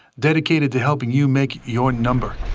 dedicated to helping you make your number.